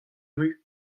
ruz